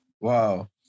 Wow